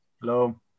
Hello